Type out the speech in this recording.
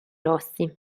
rossi